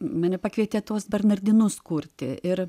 mane pakvietė tuos bernardinus kurti ir